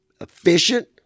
efficient